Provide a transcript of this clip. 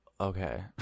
okay